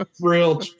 real